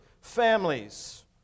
families